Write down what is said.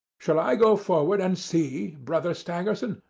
shall i go forward and see, brother stangerson,